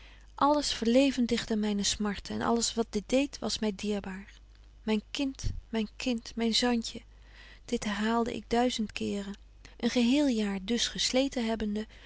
alles verlevendigde myne smarte en alles wat dit deedt was my dierbaar myn kind myn kind myn zantje dit herhaalde ik duizend keren een geheel jaar dus gesleten hebbende